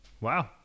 Wow